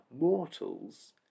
mortals